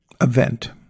event